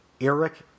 Eric